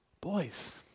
boys